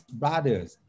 brothers